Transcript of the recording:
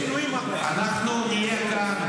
אנחנו נהיה כאן,